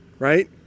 right